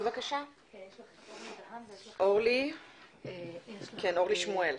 אורלי שמואל.